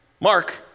Mark